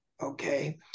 okay